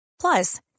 plus